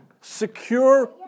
secure